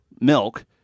milk